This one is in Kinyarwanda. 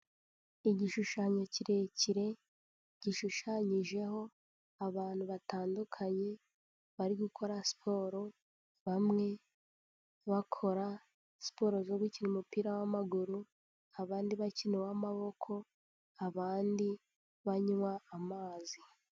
Igishushanyo kirekire, gishushanyijeho abantu batandukanye bari gukora siporo, bamwe bakora siporo zo gukina umupira w'amaguru, abandi bakina uw'amaboko, abandi banywa amazi.